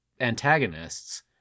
antagonists